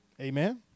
Amen